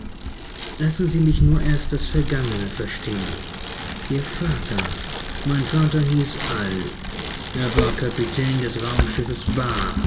lassen sie mich nur erst das vergangene verstehen ihr vater mein vater hieß all er war kapitän des raumschiffes ba